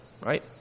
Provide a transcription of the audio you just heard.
right